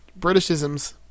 Britishisms